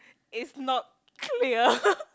is not clear